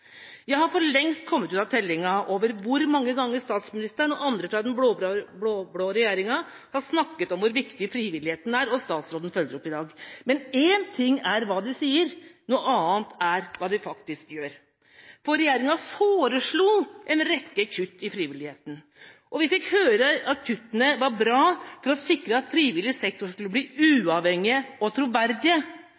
Jeg har for lengst kommet ut av tellinga over hvor mange ganger statsministeren og andre fra den blå-blå regjeringa har snakket om hvor viktig frivilligheten er – og statsråden følger opp i dag. Men én ting er hva de sier, noe annet er hva de faktisk gjør. For regjeringa foreslo en rekke kutt i frivilligheten. Vi fikk høre at kuttene var bra for å sikre at frivillig sektor skulle bli